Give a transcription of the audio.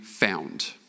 Found